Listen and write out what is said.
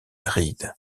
ried